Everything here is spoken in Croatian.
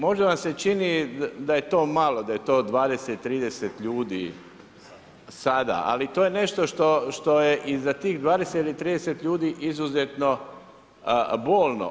Jer možda vam se čini da je to malo, da je to 20, 30 ljudi sada, ali to je nešto što je iza tih 20, 30 ljudi izuzetno bolno.